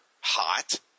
hot